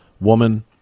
woman